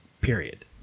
period